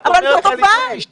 אבל זו תופעה.